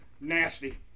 nasty